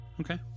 Okay